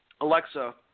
Alexa